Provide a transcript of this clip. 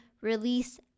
release